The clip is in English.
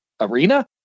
arena